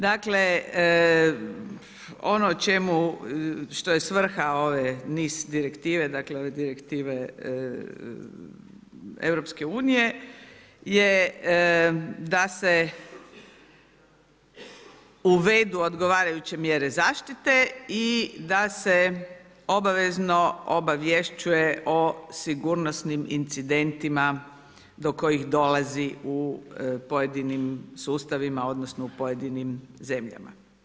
Dakle, ono o čemu, što je svrha ove niz direktive, dakle, Direktive EU, je da se uvedu odgovarajuće mjere zaštite i da se obavezno obavješćuje o sigurnosti incidentima do kojih dolazi u pojedinim sustavima, odnosno, u pojedinim zemljama.